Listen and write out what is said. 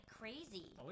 crazy